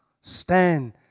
stand